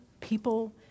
people